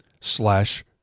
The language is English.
slash